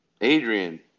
Adrian